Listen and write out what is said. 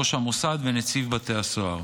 ראש המוסד ונציב בתי הסוהר.